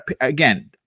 again